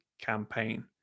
campaign